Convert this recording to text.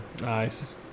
Nice